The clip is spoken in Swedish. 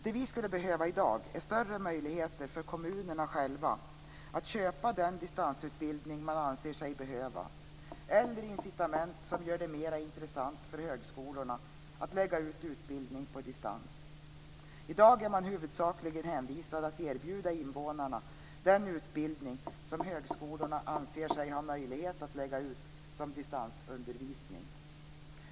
Det vi skulle behöva i dag är större möjligheter för kommunerna själva att köpa den distansutbildning man anser sig behöva eller incitament som gör det mer intressant för högskolorna att lägga ut utbildning på distans. I dag är man huvudsakligen hänvisad att erbjuda invånarna den utbildning som högskolorna anser sig ha möjlighet att lägga ut som distansundervisning.